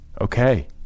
Okay